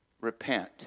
repent